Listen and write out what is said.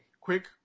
quick